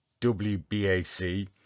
WBAC